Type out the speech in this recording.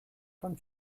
von